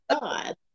God